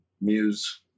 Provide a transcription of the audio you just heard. Muse